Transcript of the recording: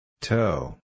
Toe